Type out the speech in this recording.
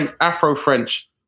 Afro-French